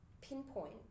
pinpoint